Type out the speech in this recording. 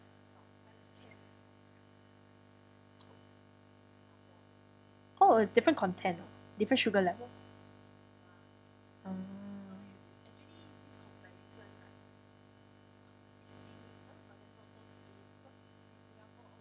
oh it's different content orh different sugar level oh